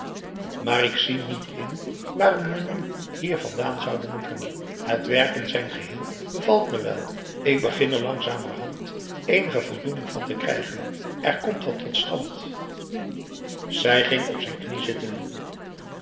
maar ik zie niet in waarom we nu hier vandaan zouden moeten het werk in zijn geheel bevalt me wel ik begin er langzamerhand eenige voldoening van te krijgen er komt wat tot stand zij ging op zijn knie zitten